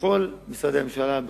בכל משרדי הממשלה,